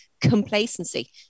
complacency